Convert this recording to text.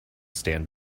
stand